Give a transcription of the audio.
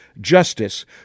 justice